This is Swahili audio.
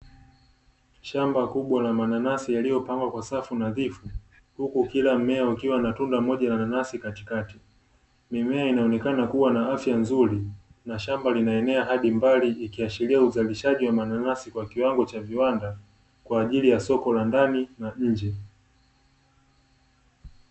Shamba kubwa la mananasi yaliyo pangwa kwa safu nadhifu huku kila mmea ukiwa na tunda mmoja la nanasi katikati. Mimea inaonekana kuwa na afya nzuri na shamba linaenea hadi mbali ikiashiria uzalishaji wa mananasi kwa kiwango cha viwanda kwa ajili ya soko la ndani na nje.